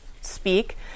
speak